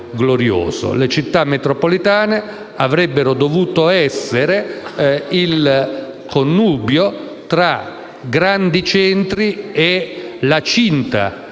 Le Città metropolitane avrebbero dovuto rappresentare il connubio tra i grandi centri e la cinta